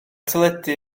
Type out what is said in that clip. teledu